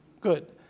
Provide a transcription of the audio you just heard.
good